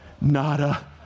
nada